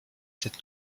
cette